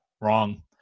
wrong